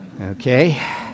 Okay